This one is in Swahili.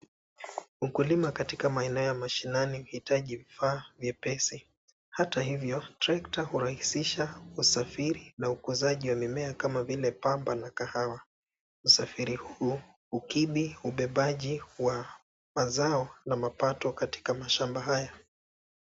Ukulima katika maeneo ya mashinani huhitaji vifaa vyepesi. Hata hivyo trekta urahisisha usafiri na ukuzaji wa mimea kama vile papa na kahawa. Usafiri huu hukimu ubebaji wa mazao na mapato katika mashamba hayo.